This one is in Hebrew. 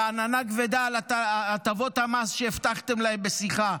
ועננה כבדה על הטבות המס שהבטחתם להם בשיחה.